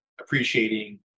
appreciating